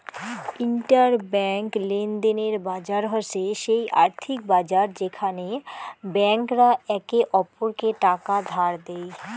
inter bank লেনদেনের বাজার হসে সেই আর্থিক বাজার যেখানে ব্যাংক রা একে অপরকে টাকা ধার দেই